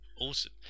awesome